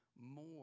more